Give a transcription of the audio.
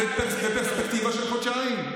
בפרספקטיבה של 30 שנה.